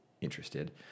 interested